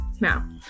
Now